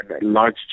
large